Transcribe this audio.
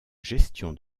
gestion